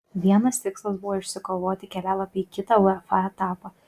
vienas tikslas buvo iškovoti kelialapį į kitą uefa etapą